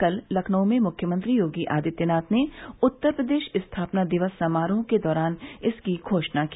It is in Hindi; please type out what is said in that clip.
कल लखनऊ में मुख्यमंत्री योगी आदित्यनाथ ने उत्तर प्रदेश स्थापना दिवस समारोह के दौरान इसकी घोषणा की